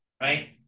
right